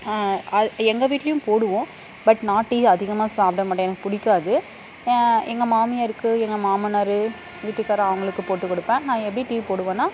ஆ எங்கள் வீட்லேயும் போடுவோம் பட் நான் டீ அதிகமாக சாப்பிட மாட்டேன் எனக்கு பிடிக்காது எங்கள் மாமியாருக்கு எங்கள் மாமனார் வீட்டுக்காரரு அவர்களுக்கு போட்டு கொடுப்பேன் நான் எப்படி டீ போடுவேனால்